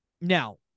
Now